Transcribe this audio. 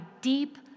deep